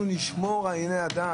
אנחנו נשמור על ענייני הדת,